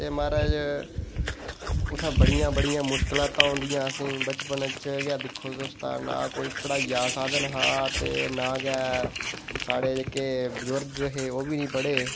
ते म्हाराज उत्थै बड़ियां बड़ियां मुश्कलातां औंदियां असेंगी बचपन च गै दिक्खो तुस ना कोई पढ़ाइया दा साधन हा ते ना गै साढ़े जेह्के बजुर्ग हे ओह्बी निं पढ़े